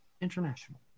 international